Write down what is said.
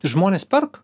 žmonės perka